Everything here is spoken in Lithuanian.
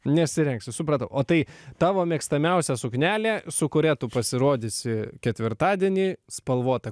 nesirengsi supratau o tai tavo mėgstamiausia suknelė su kuria tu pasirodysi ketvirtadienį spalvota